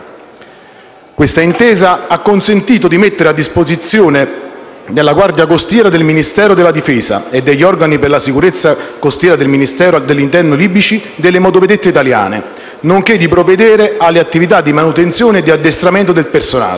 Questa intesa ha consentito di mettere a disposizione della guardia costiera del Ministero della difesa e degli organi per la sicurezza costiera del Ministero dell'interno libici motovedette italiane, nonché di provvedere alle attività di manutenzione e di addestramento del personale.